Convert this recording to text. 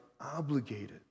obligated